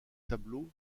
tableau